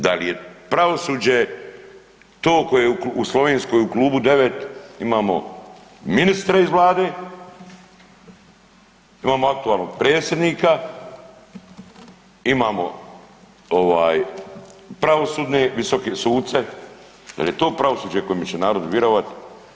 Da li je pravosuđe to koje je u Slovenskoj u klubu 9 imamo ministre iz Vlade, imamo aktualnog predsjednika, imamo pravosudne visoke suce, da li je to pravosuđe kojem će narod virovat?